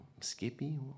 Skippy